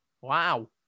Wow